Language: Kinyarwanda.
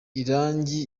irangi